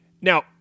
Now